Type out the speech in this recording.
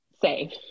say